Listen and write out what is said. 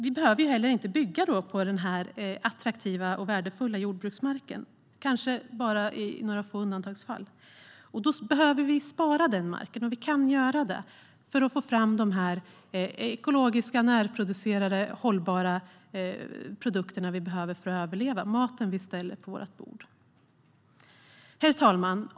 Vi behöver då inte heller bygga på den attraktiva och värdefulla jordbruksmarken, kanske bara i några få undantagsfall. Den marken behöver sparas, och det kan vi göra för att få fram de ekologiska närproducerade hållbara produkter som vi behöver för att överleva, det vill säga maten på våra bord. Herr talman!